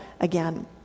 again